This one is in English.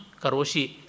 Karoshi